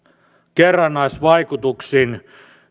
kerrannaisvaikutuksin